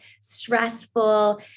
stressful